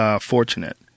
fortunate